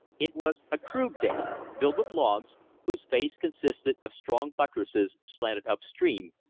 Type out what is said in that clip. it was a crude dam built of logs whose face consisted of strong buttresses slanted up-stream,